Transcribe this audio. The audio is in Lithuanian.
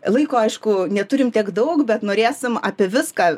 laiko aišku neturim tiek daug bet norėsim apie viską